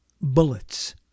Bullets